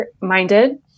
minded